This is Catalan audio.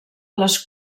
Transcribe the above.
les